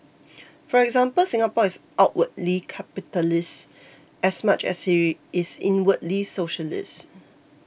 for example Singapore is outwardly capitalist as much as she is inwardly socialist